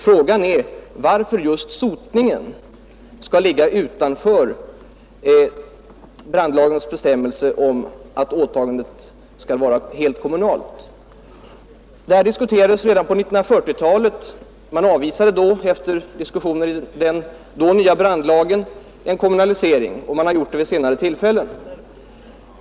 Frågan är varför just sotningen skall ligga utanför brandlagens bestämmelser om att åtagandet skall vara helt kommunalt. Det här diskuterades redan på 1940-talet, men man avvisade då, efter diskussioner om den nya brandlagen, en kommunalisering. Det har man gjort också vid senare tillfällen.